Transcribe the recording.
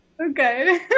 Okay